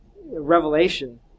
revelation